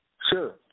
Sure